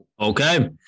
Okay